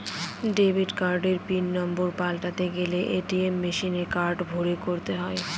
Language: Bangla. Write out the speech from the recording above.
ডেবিট কার্ডের পিন নম্বর পাল্টাতে গেলে এ.টি.এম মেশিনে কার্ড ভোরে করতে হয়